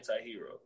anti-hero